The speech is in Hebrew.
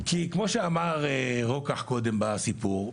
כי כמו שאמר רוקח קודם בסיפור,